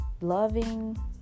loving